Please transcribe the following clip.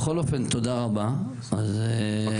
בכל אופן, תודה רבה, הבעיה נפתרה.